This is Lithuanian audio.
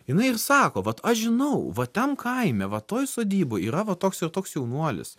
jinai ir sako vat aš žinau va ten kaime va toj sodyboj yra va toks ir toks jaunuolis